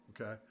okay